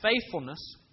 faithfulness